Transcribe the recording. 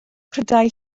prydau